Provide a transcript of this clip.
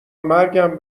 مرگم